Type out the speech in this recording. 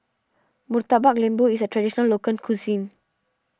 Murtabak Lembu is a Traditional Local Cuisine